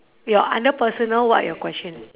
your under personal what are your question